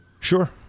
sure